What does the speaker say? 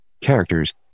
Characters